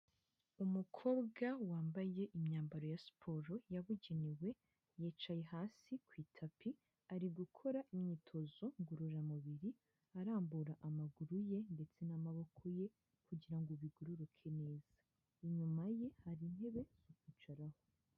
Umukobwa wambaye imyambaro ya siporo yabugenewe yicaye hasi ku itapi, ari gukora imyitozo ngororamubiri arambura amaguru ye ndetse n'amaboko ye kugira ngo bigororoke neza, inyuma ye hari intebe yo kwicaraho.